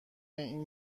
این